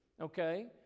okay